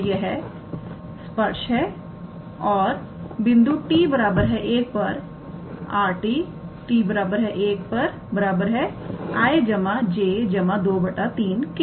तो यह स्पर्श है और बिंदु 𝑡 1 पर 𝑟𝑡𝑡1 𝑖̂ 𝑗̂ 2 3 𝑘̂ है